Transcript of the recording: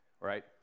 right